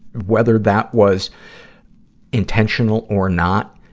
whether that was intentional or not